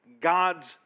God's